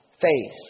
faith